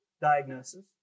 diagnosis